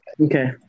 okay